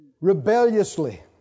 Rebelliously